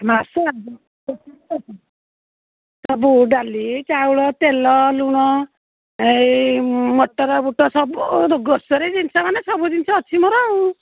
ମାସ ସବୁ ଡାଲି ଚାଉଳ ତେଲ ଲୁଣ ଏଇ ମଟର ବୁଟ ସବୁ ଗ୍ରୋସରୀ ଜିନିଷ ମାନେ ସବୁ ଜିନିଷ ଅଛି ମୋର ଆଉ